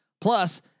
Plus